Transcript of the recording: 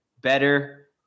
better